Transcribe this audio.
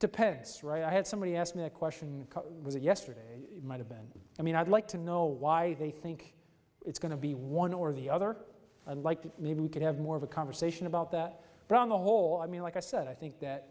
depends i had somebody asked me that question was it yesterday might have been i mean i'd like to know why they think it's going to be one or the other and like maybe we could have more of a conversation about that but on the whole i mean like i said i think that